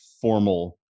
formal